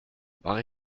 war